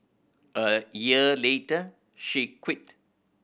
a year later she quit